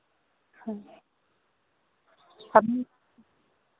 हाँ हम